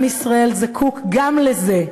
עם ישראל זקוק גם לזה.